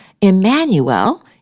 Emmanuel